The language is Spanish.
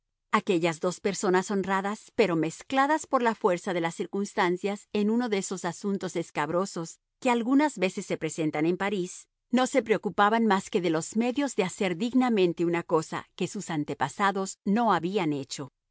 aquellas dos personas honradas pero mezcladas por la fuerza de las circunstancias en uno de esos asuntos escabrosos que algunas veces se presentan en parís no se preocupaban más que de los medios de hacer dignamente una cosa que sus antepasados no habían hecho